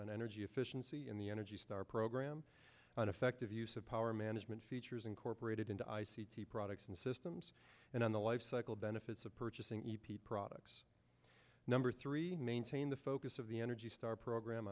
and energy efficiency in the energy star program an effective use of power management features incorporated into i c t products and systems and on the lifecycle benefits of purchasing e p products number three maintain the focus of the energy star program